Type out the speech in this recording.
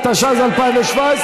התשע"ז 2017,